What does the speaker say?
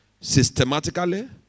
Systematically